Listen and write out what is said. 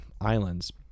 islands